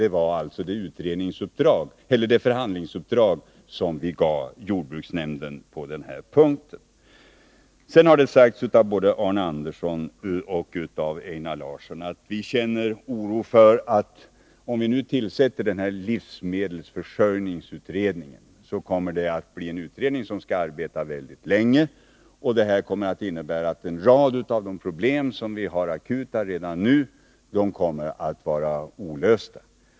Detta var alltså det förhandlingsuppdrag som vi gav jordbruksnämnden på den här punkten. Sedan har det sagts av både Arne Andersson i Ljung och Einar Larsson att man känner oro för, att om vi tillsätter livsmedelsförsörjningsutredningen så kommer det att bli en utredning som skall arbeta väldigt länge, och det kommer att innebära att en rad av de problem som är akuta redan nu kommer att vara olösta.